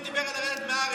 לא דיבר על לרדת מהארץ.